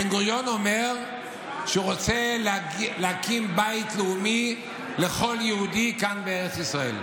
בן-גוריון אומר שהוא רוצה להקים בית לאומי לכל יהודי כאן בארץ ישראל,